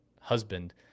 husband